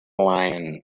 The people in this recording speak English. lion